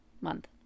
Month